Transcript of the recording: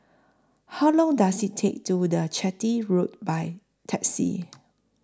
How Long Does IT Take to The Chitty Road By Taxi